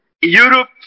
Europe